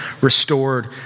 restored